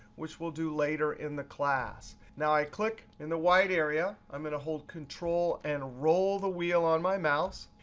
which we'll do later in the class. now, i click in the white area. i'm going to hold control and roll the wheel on my mouse.